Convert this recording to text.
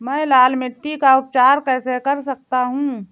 मैं लाल मिट्टी का उपचार कैसे कर सकता हूँ?